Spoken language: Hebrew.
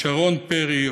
שרון פרי,